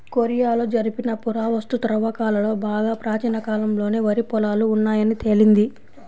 కొరియాలో జరిపిన పురావస్తు త్రవ్వకాలలో బాగా ప్రాచీన కాలంలోనే వరి పొలాలు ఉన్నాయని తేలింది